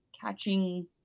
catching